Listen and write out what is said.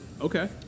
Okay